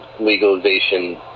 legalization